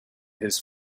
his